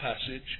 passage